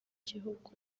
gihugu